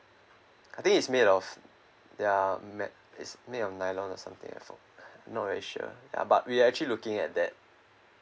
I think it's made of they're made is made of nylon or something not very sure ya but we actually looking at that